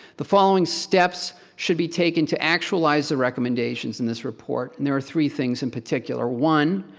the following steps should be taken to actualize the recommendations in this report, and there are three things in particular. one,